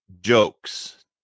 Jokes